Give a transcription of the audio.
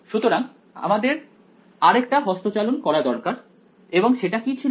সুতরাং আমাদের আরেকটা হস্তচালন করা দরকার এবং সেটা ছিল